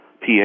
PA